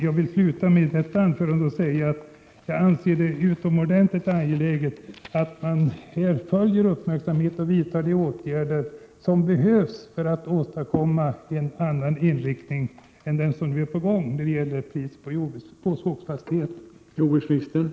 Jag vill sluta detta anförande med att säga att jag anser det vara utomordentligt angeläget att man följer utvecklingen med uppmärksamhet och vidtar de åtgärder som behövs för att man skall kunna åstadkomma en annan inriktning när det gäller priset på skogsfastigheter.